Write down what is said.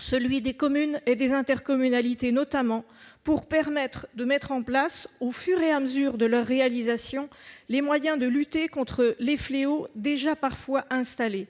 celui des communes et des intercommunalités, notamment, pour mettre en place, au fur et à mesure de leurs réalisations, les moyens de lutter contre des fléaux parfois déjà installés.